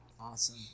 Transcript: Awesome